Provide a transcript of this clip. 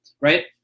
right